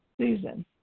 Susan